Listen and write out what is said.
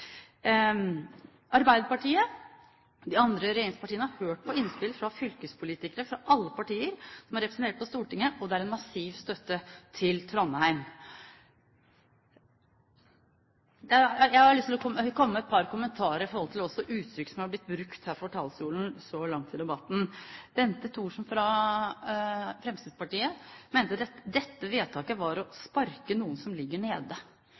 Arbeiderpartiet og de andre regjeringspartiene har hørt på innspill fra fylkespolitikere fra alle partier som er representert på Stortinget, og det er massiv støtte til Trondheim. Jeg har lyst til å komme med et par kommentarer også når det gjelder uttrykk som er blitt brukt her fra talerstolen så langt i debatten. Bente Thorsen fra Fremskrittspartiet mente dette vedtaket var å sparke noen som ligger nede.